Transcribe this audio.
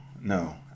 no